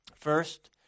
First